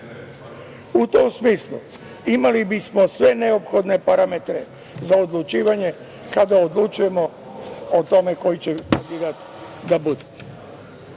U tom smislu, imali bismo sve neophodne parametre za odlučivanje, kada odlučujemo o tome koji će kandidat da bude.